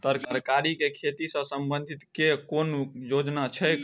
तरकारी केँ खेती सऽ संबंधित केँ कुन योजना छैक?